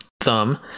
thumb